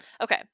okay